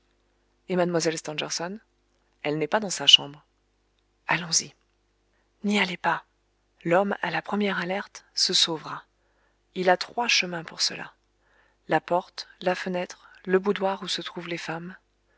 et mlle stangerson elle n'est pas dans sa chambre allons-y n'y allez pas l'homme à la première alerte se sauvera il a trois chemins pour cela la porte la fenêtre le boudoir où se trouvent les femmes